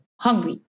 hungry